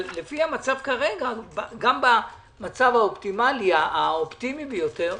אבל גם במצב האופטימי ביותר,